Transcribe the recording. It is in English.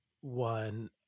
one